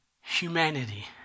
humanity